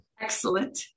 Excellent